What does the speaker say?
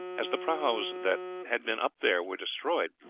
as the prahus that had been up there were destroyed,